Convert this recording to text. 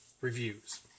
reviews